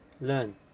learn